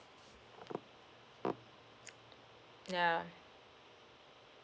ya